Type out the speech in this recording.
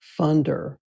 funder